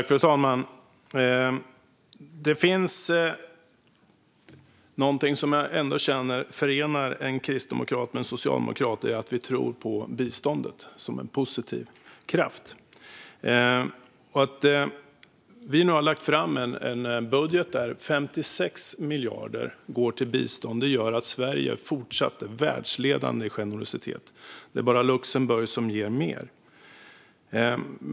Fru talman! Det finns något som jag känner förenar en kristdemokrat och en socialdemokrat. Det är att vi tror på biståndet som en positiv kraft. Att vi nu har lagt fram en budget där 56 miljarder går till bistånd gör att Sverige fortsatt är världsledande i generositet. Det är bara Luxemburg som ger mer.